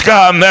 God